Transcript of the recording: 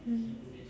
mm